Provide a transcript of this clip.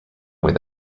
where